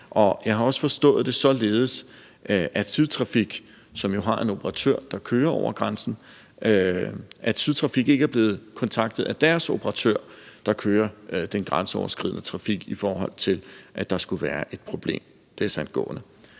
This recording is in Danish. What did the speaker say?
jeg har også forstået det således, at Sydtrafik, som jo har en operatør, der kører over grænsen, ikke er blevet kontaktet af deres operatør, der kører den grænseoverskridende trafik, i forhold til at der skulle være et problem desangående.